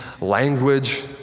language